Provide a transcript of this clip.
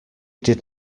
did